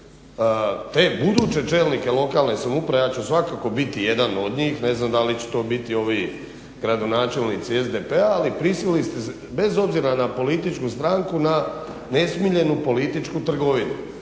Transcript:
te buduće čelnike lokalne samouprave, ja ću svakako biti jedan od njih, ne znam da li će to biti ovi gradonačelnici SDP-a, ali prisilili ste, bez obzira na političku stranku, na nesmiljenu političku trgovinu.